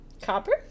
Copper